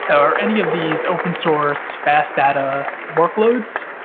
or any of these open source, fast data workloads,